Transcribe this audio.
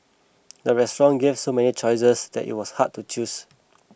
the restaurant gave so many choices that it was hard to choose